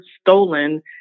stolen